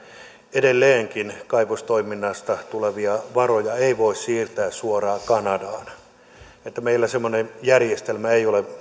edelleenkään kaivostoiminnasta tulevia varoja ei voi siirtää suoraan kanadaan meillä semmoinen järjestelmä ei ole